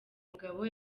mugabo